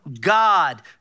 God